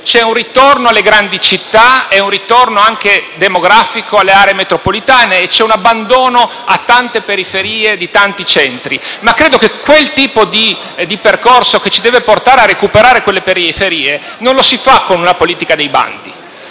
c'è un ritorno alle grandi città e un ritorno, anche demografico, alle aree metropolitane, con un abbandono di tante periferie di tanti centri. Credo, tuttavia, che il percorso che ci deve portare a recuperare quelle periferie non si faccia con una politica dei bandi.